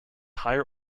higher